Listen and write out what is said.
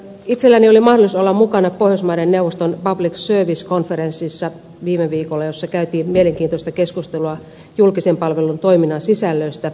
itselläni oli mahdollisuus olla mukana viime viikolla pohjoismaiden neuvoston public service konferenssissa jossa käytiin mielenkiintoista keskustelua julkisen palvelun toiminnan sisällöistä